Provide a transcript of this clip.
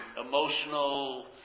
emotional